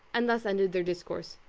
and thus ended their discourse.